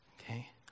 okay